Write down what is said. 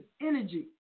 energy